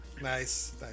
nice